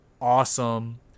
awesome